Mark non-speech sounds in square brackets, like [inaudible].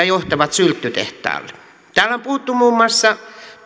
[unintelligible] johtavat sylttytehtaalle täällä on puhuttu muun muassa